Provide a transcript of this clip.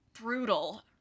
brutal